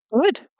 Good